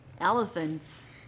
Elephants